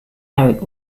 eric